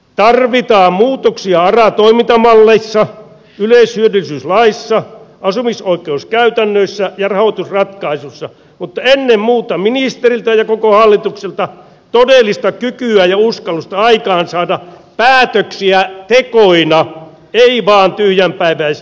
tarvitaan muutoksia ara toimintamalleissa yleishyödyllisyyslaissa asumisoikeuskäytännöissä ja rahoitusratkaisuissa mutta ennen muuta ministeriltä ja koko hallitukselta todellista kykyä ja uskallusta aikaansaada päätöksiä tekoina ei vain tyhjänpäiväisinä puheina